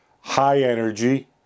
high-energy